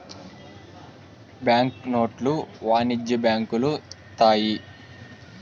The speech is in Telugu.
బ్యాంక్ నోట్లు వాణిజ్య బ్యాంకులు ఇత్తాయి